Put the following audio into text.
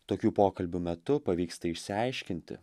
tokių pokalbių metu pavyksta išsiaiškinti